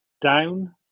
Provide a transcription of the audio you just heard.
down